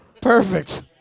Perfect